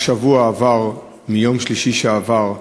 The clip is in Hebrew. אך שבוע עבר מיום שלישי שעבר,